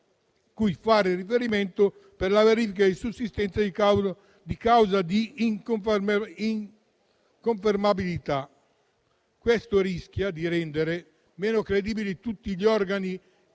cui fare riferimento per la verifica di sussistenza di causa di inconfermabilità. Questo rischia di rendere meno credibili tutti gli organi